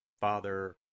Father